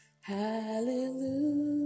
Hallelujah